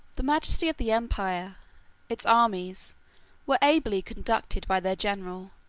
the majesty of the empire its armies were ably conducted by their general,